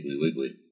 Wiggly